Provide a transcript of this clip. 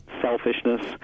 selfishness